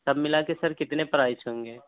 سب ملا کے سر کتنے پرائس ہوں گے